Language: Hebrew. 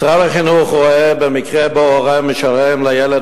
משרד החינוך רואה במקרה שבו הורה משלם לילד